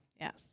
Yes